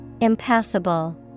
Impassable